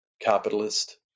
capitalist